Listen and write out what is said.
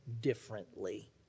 differently